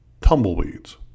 tumbleweeds